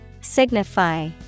Signify